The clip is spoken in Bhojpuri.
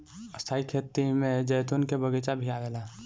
स्थाई खेती में जैतून के बगीचा भी आवेला